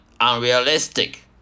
unrealistic